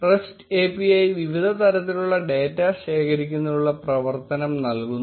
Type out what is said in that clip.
rest API വിവിധ തരത്തിലുള്ള data ശേഖരിക്കുന്നതിനുള്ള പ്രവർത്തനം നൽകുന്നു